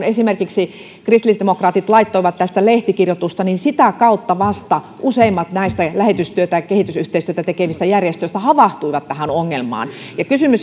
esimerkiksi kun kristillisdemokraatit laittoivat tästä lehtikirjoituksen niin sitä kautta vasta useimmat näistä lähetystyötä tai kehitysyhteistyötä tekevistä järjestöistä havahtuivat tähän ongelmaan ja kysymys